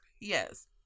yes